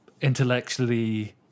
intellectually